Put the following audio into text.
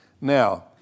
Now